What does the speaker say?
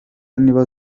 nibo